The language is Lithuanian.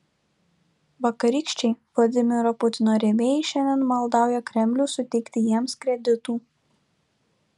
vakarykščiai vladimiro putino rėmėjai šiandien maldauja kremlių suteikti jiems kreditų